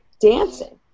dancing